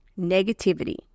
Negativity